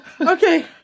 Okay